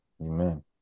Amen